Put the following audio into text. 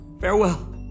Farewell